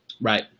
Right